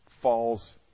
falls